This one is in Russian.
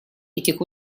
этих